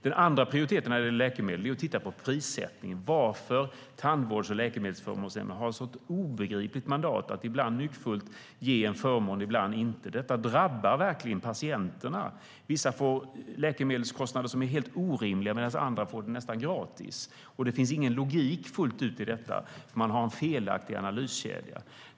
Den andra prioriteten när det gäller läkemedel är att titta på prissättningen och varför Tandvårds och läkemedelsförmånsverket har ett sådant obegripligt mandat att ibland - nyckfullt - ge en förmån och ibland inte. Det drabbar patienterna. Vissa får läkemedelskostnader som är helt orimliga medan andra får läkemedel nästan gratis. Det finns ingen logik i detta, utan man har en felaktig analyskedja.